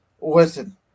listen